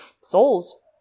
souls